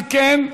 אם כן,